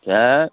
अँए